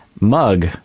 mug